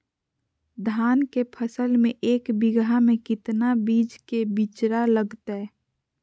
धान के फसल में एक बीघा में कितना बीज के बिचड़ा लगतय?